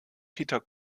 peter